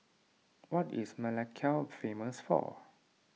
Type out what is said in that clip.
what is Melekeok famous for